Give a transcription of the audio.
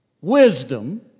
wisdom